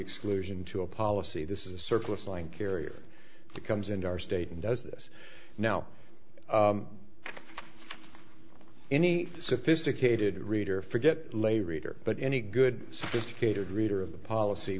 exclusion to a policy this is a surplus line carrier that comes into our state and does this now any sophisticated reader forget lay reader but any good sophisticated reader of the policy